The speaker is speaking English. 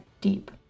deep